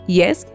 yes